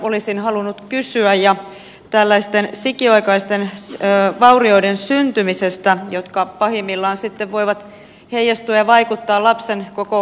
olisin halunnut kysyä päihdeäideistä ja sikiöaikaisten vaurioiden syntymisestä jotka pahimmillaan voivat heijastua ja vaikuttaa lapsen koko loppuelämään